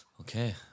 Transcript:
Okay